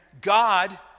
God